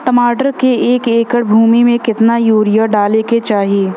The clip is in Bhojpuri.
टमाटर के एक एकड़ भूमि मे कितना यूरिया डाले के चाही?